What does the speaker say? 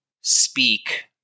speak